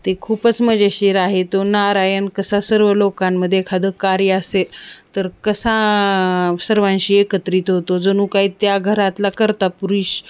ते खूपच मजेशीर आहे तो नारायण कसा सर्व लोकांमध्ये एखादं कार्य असेल तर कसा सर्वांशी एकत्रित होतो जणू काही त्या घरातला कर्ता पुरुष